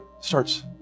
starts